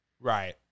Right